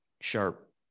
sharp